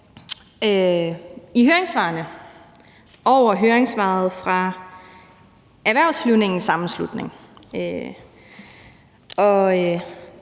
Jeg studsede dog over høringssvaret fra Erhvervsflyvningens Sammenslutning.